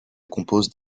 composent